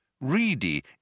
reedy